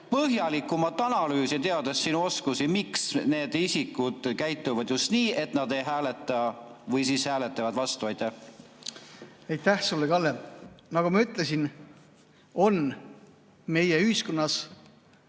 põhjalikumat analüüsi, teades sinu oskusi, miks need isikud käituvad just nii, et nad ei hääleta või hääletavad vastu. Aitäh sulle, Kalle! Nagu ma ütlesin, meie ühiskonnas